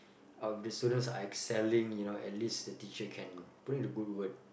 of the students are excelling at least the teacher can put in a good word